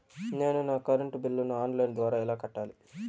నేను నా కరెంటు బిల్లును ఆన్ లైను ద్వారా ఎలా కట్టాలి?